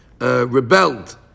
rebelled